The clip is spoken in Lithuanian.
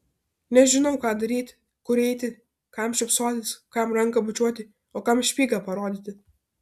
nežinau ką daryti kur eiti kam šypsotis kam ranką bučiuoti o kam špygą parodyti